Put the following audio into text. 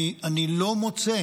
אני לא מוצא